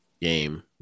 game